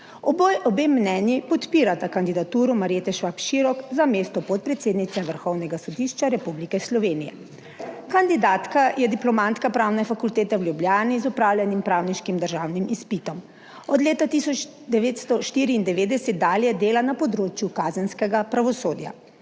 Obe mnenji podpirata kandidaturo Marjete Švab Širok za mesto podpredsednice Vrhovnega sodišča Republike Slovenije. Kandidatka je diplomantka Pravne fakultete v Ljubljani z opravljenim pravniškim državnim izpitom. Od leta 1994 dalje dela na področju kazenskega pravosodja.